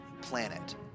planet